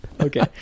okay